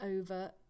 over